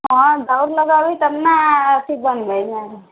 हँ दौड़ लगेबै तब ने